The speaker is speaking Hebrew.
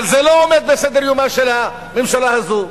אבל זה לא עומד על סדר-יומה של הממשלה הזו.